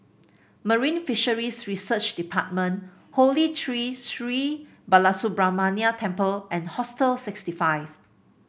Marine Fisheries Research Department Holy Tree Sri Balasubramaniar Temple and Hostel sixty five